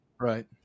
Right